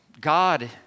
God